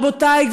רבותי,